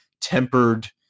tempered